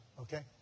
okay